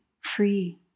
free